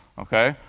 ok?